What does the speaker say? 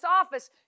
office